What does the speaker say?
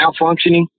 malfunctioning